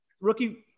Rookie